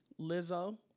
Lizzo